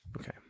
Okay